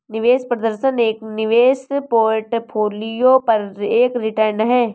निवेश प्रदर्शन एक निवेश पोर्टफोलियो पर एक रिटर्न है